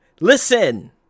Listen